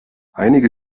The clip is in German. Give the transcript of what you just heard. einige